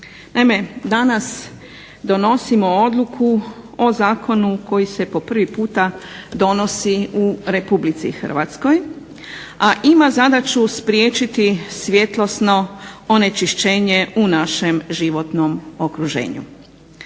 danas donosimo odluku o Zakonu koji se po prvi puta donosi u Republici Hrvatskoj a ima zadaću spriječiti svjetlosno onečišćenje u našem životnom okruženju.